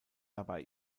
dabei